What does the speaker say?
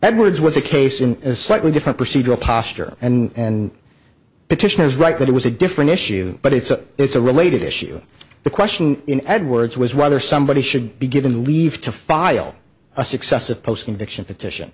edwards was a case in a slightly different procedural posture and petition is right that it was a different issue but it's a it's a related issue the question in edwards was rather somebody should be given leave to file a successive postcondition petition